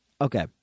Okay